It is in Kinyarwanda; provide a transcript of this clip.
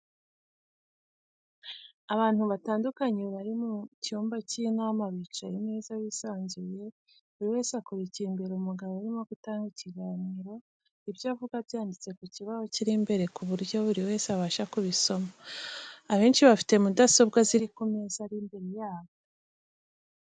Abantu batandukanye bari mu cyumba cy'inama bicaye neza bisanzuye buri wese akurikiye imbere umugabo urimo gutanga ikiganiro, ibyo avuga byanditse ku kibaho kiri imbere ku buryo buri wese abasha kubisoma, abanshi bafite mudasobwa ziri ku meza ari imbere yabo.